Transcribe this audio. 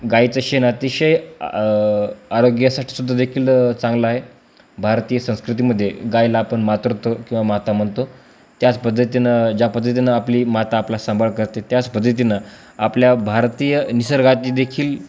गाईचं शेण अतिशय आरोग्यासाठी सुद्धा देखील चांगला आहे भारतीय संस्कृतीमध्ये गाईला आपण मातृत्व किंवा माता म्हणच पद्धतीनं ज्या पद्धतीनं आपली माता आपला सांभाळ करते त्याच पद्धतीनं आपल्या भारतीय निसर्गात देखील